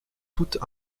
toutes